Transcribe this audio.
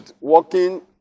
working